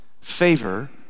favor